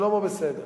שלמה בסדר.